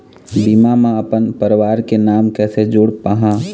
बीमा म अपन परवार के नाम कैसे जोड़ पाहां?